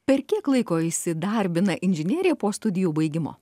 per kiek laiko įsidarbina inžinierė po studijų baigimo